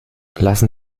lassen